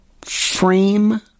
frame